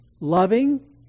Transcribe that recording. loving